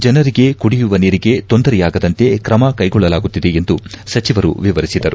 ಜನರಿಗೆ ಕುಡಿಯುವ ನೀರಿಗೆ ತೊಂದರೆಯಾಗದಂತೆ ಕ್ರಮ ಕೈಗೊಳ್ಳಲಾಗುತ್ತಿದೆ ಎಂದು ಸಚಿವರು ವಿವರಿಸಿದರು